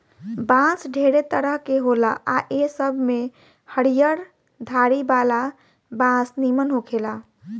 बांस ढेरे तरह के होला आ ए सब में हरियर धारी वाला बांस निमन होखेला